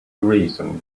reason